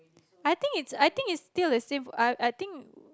I think it's I think's it's still the same for us I think